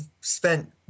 spent